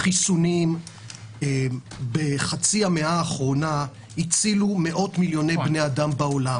חיסונים בחצי המאה האחרונה הצילו מאות מיליוני בני אדם בעולם.